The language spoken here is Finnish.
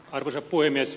arvoisa puhemies